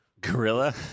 gorilla